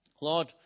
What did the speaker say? Lord